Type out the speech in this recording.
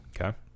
Okay